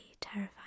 terrifying